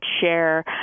share